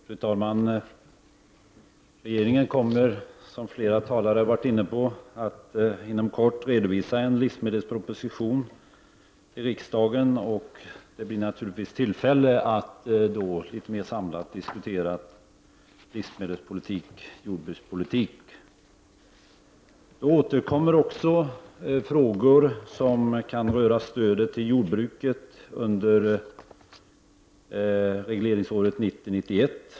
Fru talman! Regeringen kommer, som flera talare har nämnt, att inom kort redovisa en livsmedelsproposition till riksdagen. Det blir naturligtvis tillfälle att då litet mera samlat diskutera livsmedelsoch jordbrukspolitik. Frågor som rör stödet till jordbruket under regleringsåret 1990/91 återkommer.